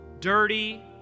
dirty